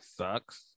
sucks